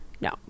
no